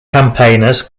campaigners